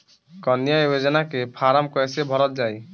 कन्या योजना के फारम् कैसे भरल जाई?